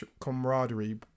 camaraderie